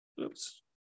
Oops